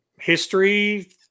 history